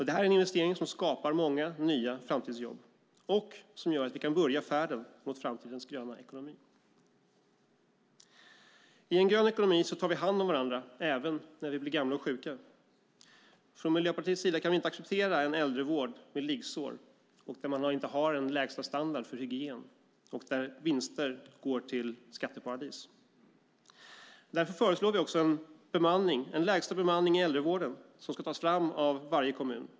Det är en investering som skapar många nya framtidsjobb och som gör att vi kan börja färden mot framtidens gröna ekonomi. I en grön ekonomi tar vi hand om varandra även när vi blir gamla och sjuka. Från Miljöpartiets sida kan vi inte acceptera en äldrevård med liggsår, där man inte har en lägsta standard för hygien och där vinster går till skatteparadis. Därför föreslår vi en lägsta bemanning i äldrevården som ska tas fram av varje kommun.